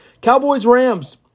Cowboys-Rams